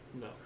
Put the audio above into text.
No